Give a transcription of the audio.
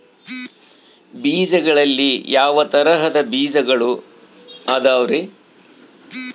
ಬೇಜಗಳಲ್ಲಿ ಯಾವ ತರಹದ ಬೇಜಗಳು ಅದವರಿ?